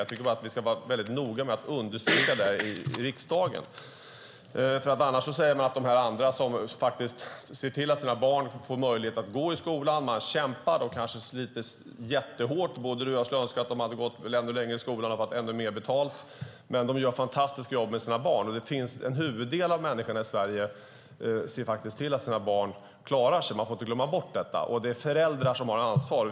Jag tycker att vi ska vara noga med att understryka det i riksdagen, för annars säger man att de som ser till att deras barn får möjlighet att gå i skolan och kämpar och sliter jättehårt - både du och jag skulle önska att de hade gått ännu längre i skolan och fått ännu mer betalt - och gör ett fantastiskt jobb med sina barn inte tar sitt ansvar. En huvuddel av människorna i Sverige ser faktiskt till att deras barn klarar sig. Man får inte glömma bort detta. Det är föräldrarna som har ansvaret.